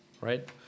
right